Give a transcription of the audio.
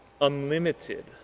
unlimited